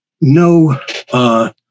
no